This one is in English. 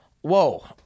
whoa